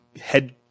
head